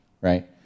right